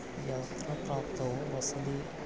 यात्रा प्राप्तौ वसति